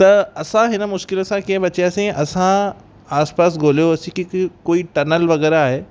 त असां हिन मुश्किल सां कीअं बचियासीं असां आस पास ॻोल्हियोसीं कि कि कोई टनल वग़ैरह आहे